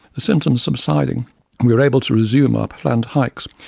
the symptoms subsiding, and we were able to resume our planned hikes,